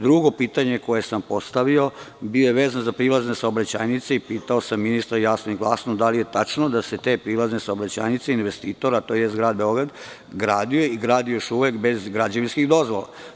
Drugo pitanje, koje sam postavio, bilo je vezano za prilazne saobraćajnice i pitao sam ministra, jasno i glasno, da li je tačno da se te prilazne saobraćajnice investitora, tj. grad Beograd, gradi i grade još uvek bez građevinskih dozvola?